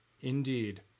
Indeed